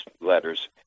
letters